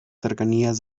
cercanías